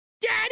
Daddy